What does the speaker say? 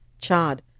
Chad